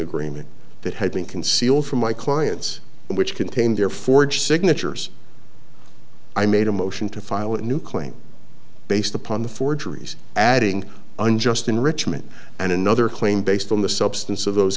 agreement that had been concealed from my clients and which contained their forged signatures i made a motion to file a new claim based upon the forgeries adding unjust enrichment and another claim based on the substance of those